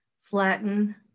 flatten